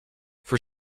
for